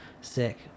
sick